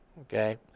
Okay